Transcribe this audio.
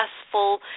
successful